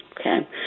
Okay